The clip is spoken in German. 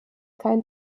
kein